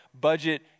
budget